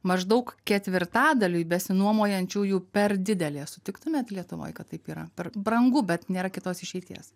maždaug ketvirtadaliui besinuomojančių jų per didelė sutiktumėt lietuvoj kad taip yra per brangu bet nėra kitos išeities